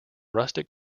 rustic